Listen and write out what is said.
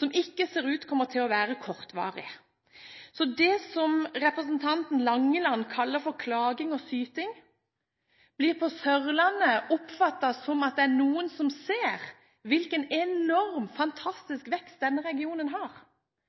som ikke ser ut til å bli kortvarig. Så det som representanten Langeland kaller for klaging og syting, vil på Sørlandet oppfattes som at det er noen som ser hvilken enorm, fantastisk vekst denne regionen har,